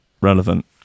relevant